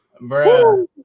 Bro